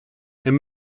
and